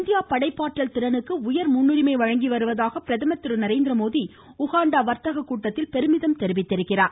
India படைப்பாற்றல் திறனுக்கு உயர் முன்னுரிமை வழங்கி வருவதாக பிரதமர் திரு நரேந்திரமோடி உகாண்டா வர்த்தக கூட்டத்தில் பெருமிதம் தெரிவித்துள்ளார்